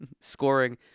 scoring